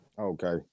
okay